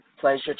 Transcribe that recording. Pleasure